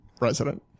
resident